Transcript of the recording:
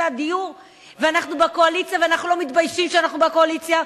ואנחנו בקואליציה ואנחנו לא מתביישים שאנחנו בקואליציה,